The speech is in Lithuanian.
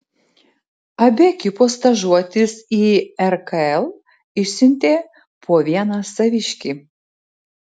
abi ekipos stažuotis į rkl išsiuntė po vieną saviškį